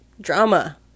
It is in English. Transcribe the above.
Drama